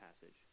passage